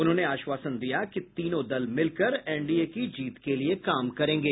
उन्होंने आश्वासन दिया कि तीनों दल मिलकर एनडीए की जीत के लिए काम करेंगे